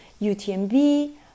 UTMB